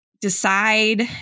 decide